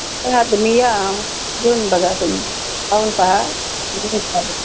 हा तुम्ही या येऊन बघा तुम्ही पाऊन पहा